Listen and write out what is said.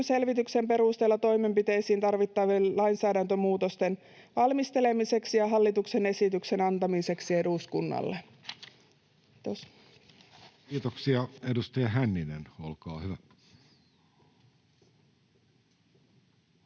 selvityksen perusteella toimenpiteisiin tarvittavien lainsäädäntömuutosten valmistelemiseksi ja hallituksen esityksen antamiseksi eduskunnalle.” — Kiitos. [Speech 100] Speaker: